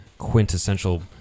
quintessential